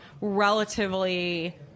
relatively